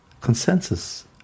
consensus